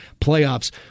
playoffs